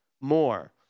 more